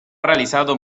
realizado